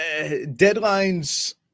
deadlines